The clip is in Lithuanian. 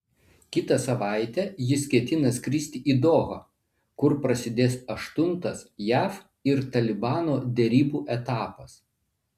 kitą savaitę jis ketina skristi į dohą kur prasidės aštuntas jav ir talibano derybų etapas